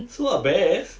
so are bears